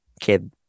kid